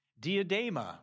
diadema